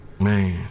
Man